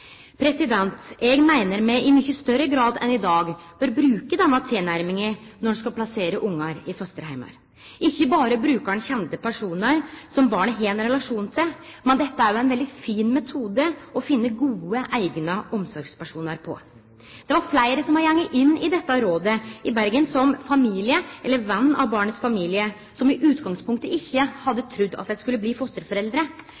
Eg meiner me i mykje større grad enn i dag bør bruke denne tilnærminga når ein skal plassere barn i fosterheim. Ikkje berre brukar ein kjende personar som barnet har ein relasjon til, men dette er jo ein veldig fin metode å finne gode og eigna omsorgspersonar på. Det var fleire som hadde gått inn i dette rådet i Bergen som familie eller venn av barnets familie, som i utgangspunktet ikkje